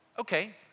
Okay